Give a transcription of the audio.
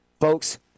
Folks